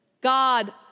God